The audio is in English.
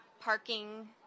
parking